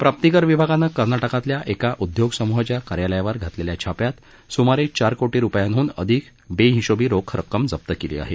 प्राप्तीकर विभागानं कर्नाटकातल्या एका उद्योगसमूहाच्या कार्यालयावर घातलेल्या छाप्यात सुमारे चार कोटी रुपयांहून अधिक बेहिशोबी रोख रक्कम जप्त केली आहे